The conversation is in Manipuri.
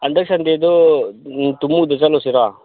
ꯍꯟꯗꯛ ꯁꯟꯗꯦꯗꯣ ꯇꯨꯃꯨꯗ ꯆꯠꯂꯨꯁꯤꯔꯣ